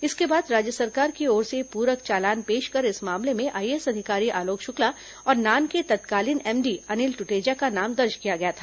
इसके बाद राज्य सरकार की ओर से पूरक चालान पेश कर इस मामले में आईएएस अधिकारी आलोक शुक्ला और नान के तत्कालीन एमडी अनिल ट्टेजा का नाम दर्ज किया गया था